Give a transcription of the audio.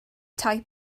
tai